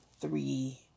three